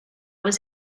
was